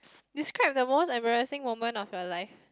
describe the most embarrassing moment of your life